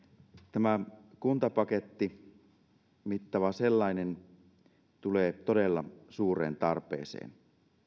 tämä kuntapaketti mittava sellainen tulee todella suureen tarpeeseen